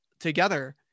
together